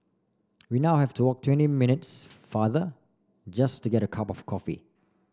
we now have to walk twenty minutes farther just to get cup of coffee